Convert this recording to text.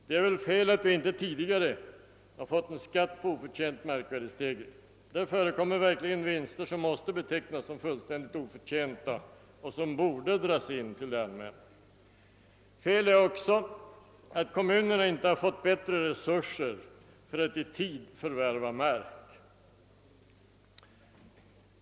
Det är felaktigt att vi inte tidigare har fått en skatt på oförtjänt markvärdestegring. Det förekommer vinster, vilka måste betecknas som fullständigt oförtjänta och vilka borde dras in till det allmänna. Det är också oriktigt att kommunerna inte fått bättre resurser för att i tid förvärva mark.